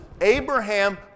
Abraham